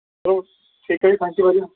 ਚਲੋ ਠੀਕ ਹੈ ਜੀ ਥੈਂਕ ਯੂ